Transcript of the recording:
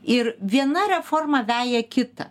ir viena reforma veja kitą